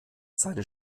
seine